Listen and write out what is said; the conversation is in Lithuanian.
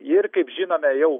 ir kaip žinome jau